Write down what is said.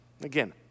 Again